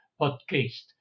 podcast